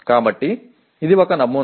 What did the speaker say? కాబట్టి ఇది ఒక నమూనా